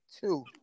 two